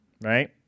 right